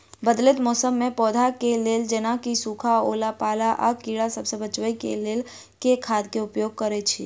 बदलैत मौसम मे पौधा केँ लेल जेना की सुखा, ओला पाला, आ कीड़ा सबसँ बचबई केँ लेल केँ खाद केँ उपयोग करऽ छी?